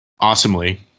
awesomely